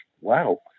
wow